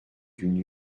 d’une